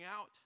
out